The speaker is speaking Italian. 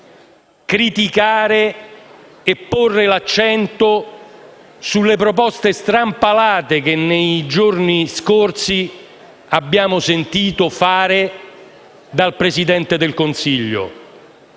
criticare e porre l'accento sulle proposte strampalate che nei giorni scorsi abbiamo sentito fare dal Presidente del Consiglio.